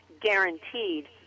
guaranteed